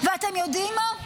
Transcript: ואתם יודעים מה?